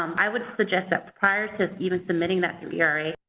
um i would suggest that prior to even submitting that through era,